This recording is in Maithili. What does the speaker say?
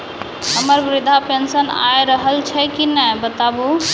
हमर वृद्धा पेंशन आय रहल छै कि नैय बताबू?